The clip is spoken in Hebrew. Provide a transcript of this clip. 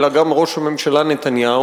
אלא גם ראש הממשלה נתניהו,